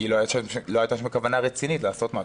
כי לא הייתה שם כוונה רצינית לעשות משהו.